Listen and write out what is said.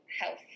health